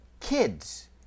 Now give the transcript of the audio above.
kids